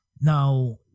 Now